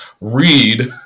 read